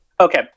Okay